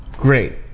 Great